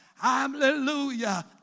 Hallelujah